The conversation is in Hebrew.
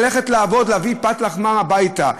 ללכת לעבוד ולהביא את פת לחמם הביתה.